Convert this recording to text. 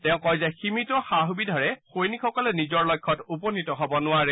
তেওঁ কয় যে সীমিত সা সুবিধাৰে সৈনিকসকলে নিজৰ লক্ষ্যত উপনীত হ'ব নোৱাৰে